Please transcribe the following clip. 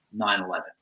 9-11